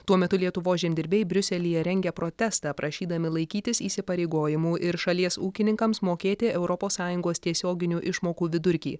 tuo metu lietuvos žemdirbiai briuselyje rengia protestą prašydami laikytis įsipareigojimų ir šalies ūkininkams mokėti europos sąjungos tiesioginių išmokų vidurkį